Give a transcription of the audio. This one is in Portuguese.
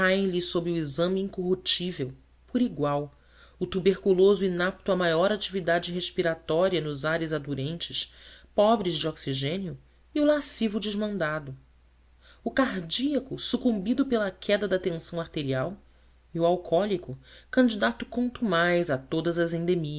sob o exame incorruptível por igual o tuberculoso inapto à maior atividade respiratória nos ares adurentes pobres de oxigênio e o lascivo desmandado o cardíaco sucumbido pela queda da tensão arterial e o alcoólico candidato contumaz a todas as